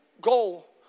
goal